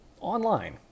online